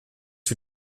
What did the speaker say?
für